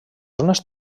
zones